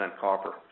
copper